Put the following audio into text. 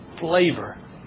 flavor